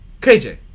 KJ